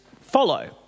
follow